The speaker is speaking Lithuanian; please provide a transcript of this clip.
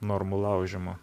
normų laužymo